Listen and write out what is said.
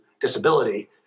disability